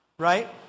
right